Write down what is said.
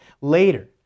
later